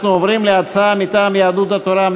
אנחנו עוברים להצעה מטעם יהדות התורה,